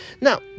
Now